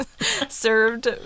served